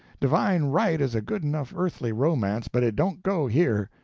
divine right is a good-enough earthly romance, but it don't go, here.